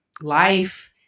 life